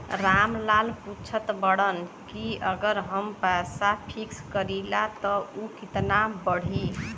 राम लाल पूछत बड़न की अगर हम पैसा फिक्स करीला त ऊ कितना बड़ी?